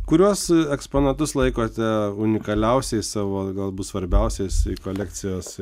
kuriuos eksponatus laikote unikaliausiais savo galbūt svarbiausias kolekcijos